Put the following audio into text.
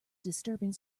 disturbing